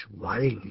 wild